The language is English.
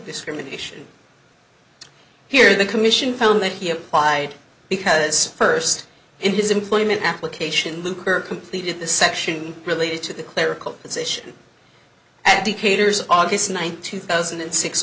discrimination here the commission found that he applied because first in his employment application luker completed the section related to the clerical position at decatur's aug ninth two thousand and six